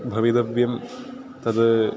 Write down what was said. भवितव्यं तद्